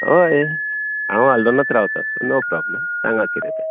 हय हांव हल्दोणांत रावतां सो नो प्रॉब्लम सांगां कितें तें